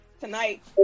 Tonight